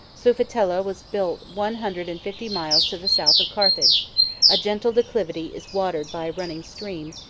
sufetula was built one hundred and fifty miles to the south of carthage a gentle declivity is watered by a running stream,